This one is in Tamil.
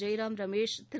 ஜெய்ராம் ரமேஷ் திரு